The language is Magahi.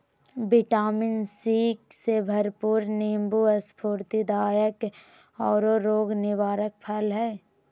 विटामिन सी से भरपूर नीबू स्फूर्तिदायक औरो रोग निवारक फल हइ